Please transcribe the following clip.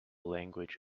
language